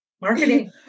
marketing